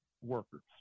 workers